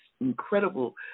incredible